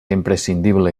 imprescindible